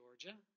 Georgia